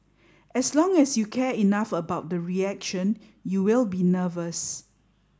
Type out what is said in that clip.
as long as you care enough about the reaction you will be nervous